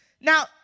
Now